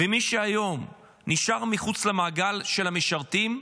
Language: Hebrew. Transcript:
מי שהיום נשאר מחוץ למעגל של המשרתים,